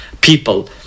people